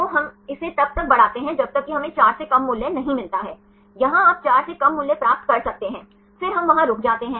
तो हम इसे तब तक बढ़ाते हैं जब तक कि हमें 4 से कम मूल्य नहीं मिलता है यहाँ आप 4 से कम मूल्य प्राप्त कर सकते हैं फिर हम वहाँ रुक जाते हैं